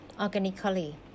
organically